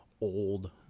old